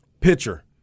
Pitcher